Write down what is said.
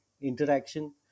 interaction